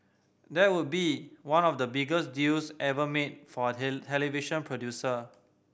that would be one of the biggest deals ever made for a television producer